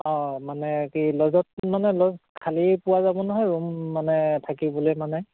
অঁ মানে কি ল'জত মানে ল'জ খালী পোৱা যাব নহয় ৰুম মানে থাকিবলে মানে